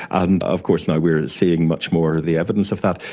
and of course now we're seeing much more of the evidence of that.